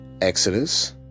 Exodus